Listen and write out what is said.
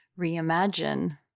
reimagine